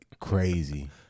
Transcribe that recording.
crazy